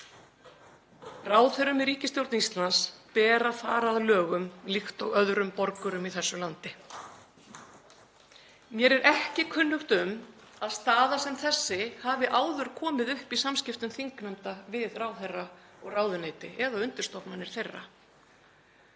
Ráðherrum í ríkisstjórn Íslands ber að fara að lögum líkt og öðrum borgurum í þessu landi. Mér er ekki kunnugt um að staða sem þessi hafi áður komið upp í samskiptum þingnefnda við ráðherra og ráðuneyti eða undirstofnanir þeirra.